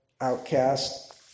outcast